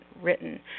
written